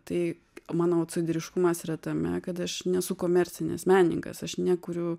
tai manau autsaideriškumas yra tame kad aš nesu komercinis menininkas aš nekuriu